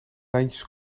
lijntjes